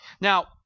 Now